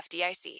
FDIC